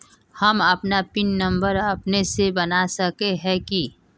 हम अपन pin number अपने से बना सके है की?